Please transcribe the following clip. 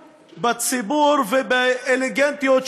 אנחנו בשידור ישיר, שהקהל ישמע מה היו הסיבות.